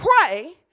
pray